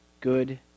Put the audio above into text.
good